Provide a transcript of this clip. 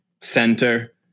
center